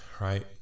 Right